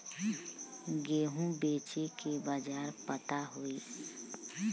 गेहूँ बेचे के बाजार पता होई?